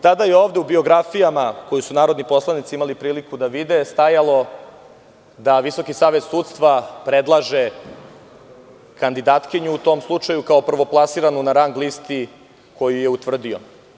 Tada je ovde, u biografijama koje su narodni poslanici imali priliku da vide, stajalo da Visoki savet sudstva predlaže kandidatkinju, u tom slučaju, kao prvoplasiranu na rang listi koju je utvrdio.